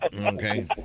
Okay